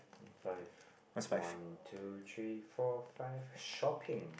five one two three four five shopping